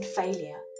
failure